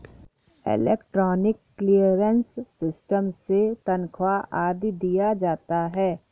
electronic clearance system से तनख्वा आदि दिया जाता है